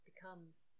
becomes